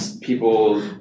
people